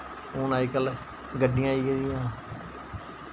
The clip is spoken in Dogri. हु'न अजकल्ल गड्डियां आई गेदियां